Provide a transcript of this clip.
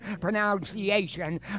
pronunciation